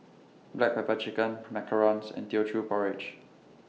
Black Pepper Chicken Macarons and Teochew Porridge